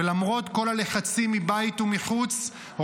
ולמרות כל הלחצים מבית ומחוץ,